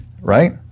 right